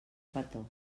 petó